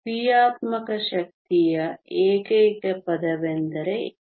ಕ್ರಿಯಾತ್ಮಕ ಶಕ್ತಿಯ ಏಕೈಕ ಪದವೆಂದರೆ E